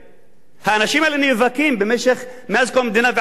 האנשים האלה נאבקים, מאז קום המדינה ועד היום,